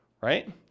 Right